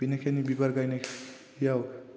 बेनिखायनो बिबार गायनायाव